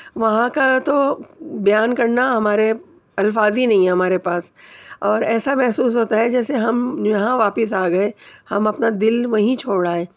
وہاں کا تو بیان کرنا ہمارے الفاظ ہی نہیں ہیں ہمارے پاس اور ایسا محسوس ہوتا ہے جیسے ہم یہاں واپس آگئے ہم اپنا دل وہیں چھوڑ آئے